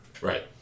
Right